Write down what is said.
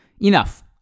Enough